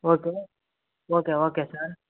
okay okay okay sir